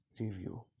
Review